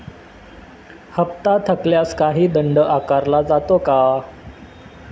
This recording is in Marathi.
हप्ता थकल्यास काही दंड आकारला जातो का?